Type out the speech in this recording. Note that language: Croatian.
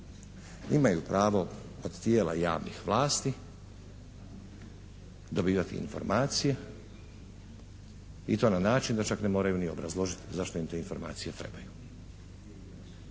Imaju pravo od tijela javnih vlasti dobivati informacije i to na način da čak i ne moraju obrazložiti zašto im te informacije trebaju.